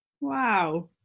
Wow